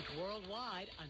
worldwide